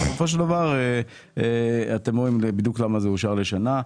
בסופו של דבר אתם רואים בדיוק למה זה אושר לשנה,